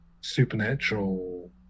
supernatural